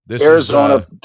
Arizona